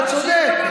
אתה צודק,